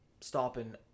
stopping